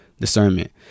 Discernment